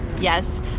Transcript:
Yes